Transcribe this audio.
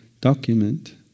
document